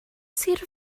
sir